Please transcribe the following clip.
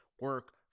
Work